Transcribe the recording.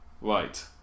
right